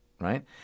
right